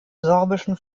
sorbischen